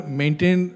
maintain